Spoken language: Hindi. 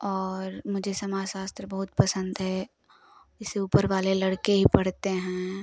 और मुझे समाज शास्त्र बहुत पसंद है इसे ऊपर वाले लड़के ही पढ़ते हैं